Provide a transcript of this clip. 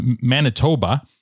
Manitoba